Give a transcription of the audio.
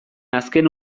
azken